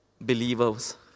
believers